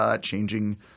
changing